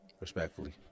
Respectfully